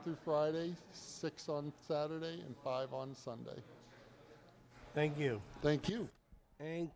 through friday six on saturday and five on sunday thank you thank